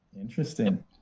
Interesting